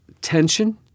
Tension